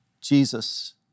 Jesus